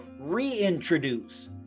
reintroduce